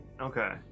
Okay